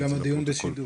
גם הדיון בשידור.